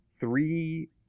three